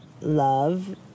Love